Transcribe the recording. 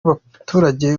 baturage